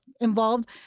involved